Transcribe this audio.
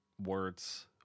words